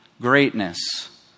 greatness